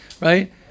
right